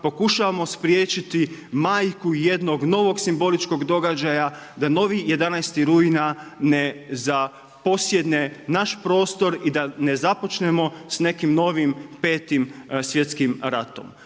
pokušavamo spriječiti majku jednog novog simboličnog događaja da novi 11. rujna ne zaposjedne naš prostor i da ne započnemo sa nekim novim petim svjetskim ratom.